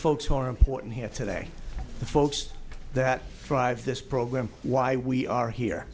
who are important here today the folks that drive this program why we are here